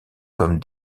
comme